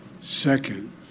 second